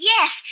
Yes